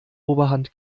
oberhand